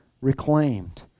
reclaimed